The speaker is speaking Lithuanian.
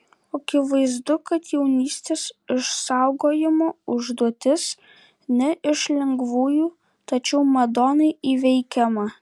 akivaizdu kad jaunystės išsaugojimo užduotis ne iš lengvųjų tačiau madonai įveikiama